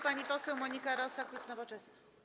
Pani poseł Monika Rosa, klub Nowoczesna.